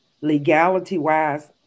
legality-wise